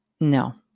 no